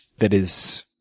that is